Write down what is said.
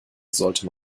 sollte